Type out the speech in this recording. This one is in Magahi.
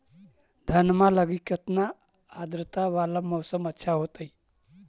धनमा लगी केतना आद्रता वाला मौसम अच्छा होतई?